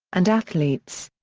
and athletes.